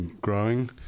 growing